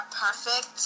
perfect